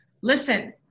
Listen